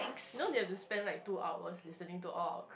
no they are to spend like two hours listening to all